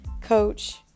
coach